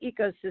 ecosystem